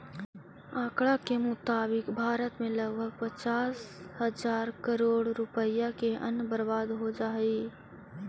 आँकड़ा के मुताबिक भारत में लगभग पचास हजार करोड़ रुपया के अन्न बर्बाद हो जा हइ